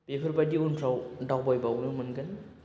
बेफोरबायदि उनफ्राव दावबायबावनो मोनगोन